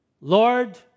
Lord